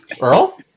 Earl